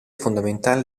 fondamentale